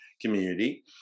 community